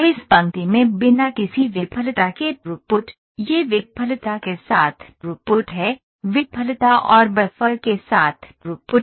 इस पंक्ति में बिना किसी विफलता के थ्रूपुट यह विफलता के साथ थ्रूपुट है विफलता और बफ़र के साथ थ्रूपुट